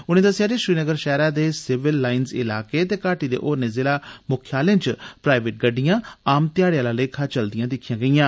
उनें दस्सेया जे श्रीनगर शैहरै दे सिविल लाइन इलाकें ते घाटी दे होरने जिला मुख्यालयें च प्राइवेट गड्डियां आम ध्याड़े आला लेखा चलदियां दिक्खियां गेइयां